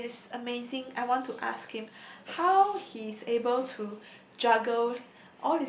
and it is amazing I want to ask him how he's able to juggle